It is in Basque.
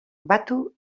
batu